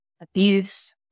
abuse